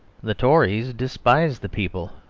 the tories despise the people.